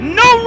no